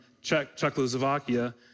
Czechoslovakia